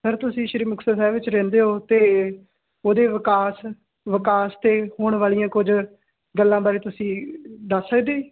sir ਤੁਸੀਂ ਸ਼੍ਰੀ ਮੁਕਤਸਰ ਸਾਹਿਬ ਵਿੱਚ ਰਹਿੰਦੇ ਓ ਤੇ ਉਹਦੇ ਵਿਕਾਸ ਵਿਕਾਸ ਤੇ ਹੋਣ ਵਾਲੀਆਂ ਕੁਝ ਗੱਲਾਂ ਬਾਰੇ ਤੁਸੀਂ ਦੱਸ ਸਕਦੇ